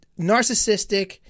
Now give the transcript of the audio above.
narcissistic